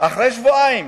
אחרי שבועיים.